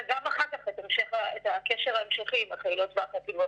וגם אחר כך את הקשר ההמשכי עם החילות והחטיבות.